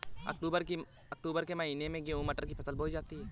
अक्टूबर के महीना में गेहूँ मटर की फसल बोई जाती है